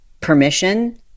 permission